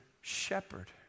Shepherd